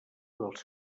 dels